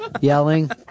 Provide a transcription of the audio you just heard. yelling